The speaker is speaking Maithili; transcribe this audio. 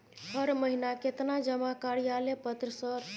हर महीना केतना जमा कार्यालय पत्र सर?